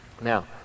Now